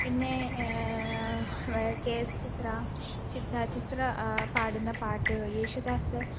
പിന്നേ K S Chithra Chithra Chithra പാടുന്ന പാട്ടുകൾ യേശുദാസ്